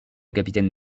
capitaine